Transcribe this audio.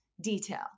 detail